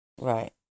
Right